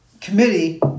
committee